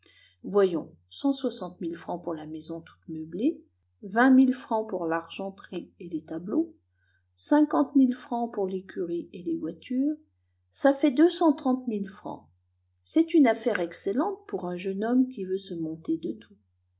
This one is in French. voyons cent soixante mille francs pour la maison toute meublée vingt mille francs pour l'argenterie et les tableaux cinquante mille francs pour l'écurie et les voitures ça fait deux cent trente mille francs c'est une affaire excellente pour un jeune homme qui veut se monter de tout